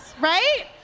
right